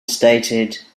stated